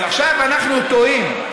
אז עכשיו אנחנו תוהים,